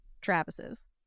Travis's